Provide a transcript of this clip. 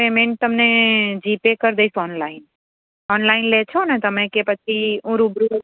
payment તમને G pay કરી દઇશ ઓનલાઇન ઓનલાઇન લે છોને તમે કે પછી હું રૂબરૂ